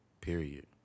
period